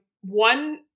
one